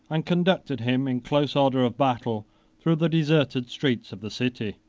and conducted him in close order of battle through the deserted streets of the city.